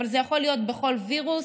אבל זה יכול להיות בכל וירוס.